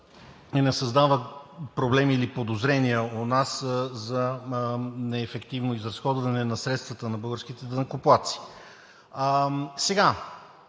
и не създава проблеми или подозрения у нас за неефективно изразходване на средствата на българските данъкоплатци.